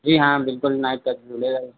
जी हाँ बिल्कुल नाइट का तो जुड़ेगा ही